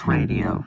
Radio